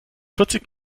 vierzig